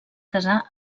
casar